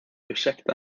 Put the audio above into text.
ursäkta